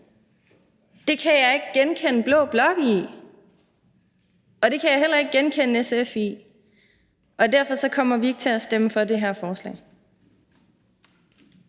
det kan jeg ikke genkende blå blok i, og det kan jeg heller ikke genkende SF i, og derfor kommer vi ikke til at stemme for det her forslag.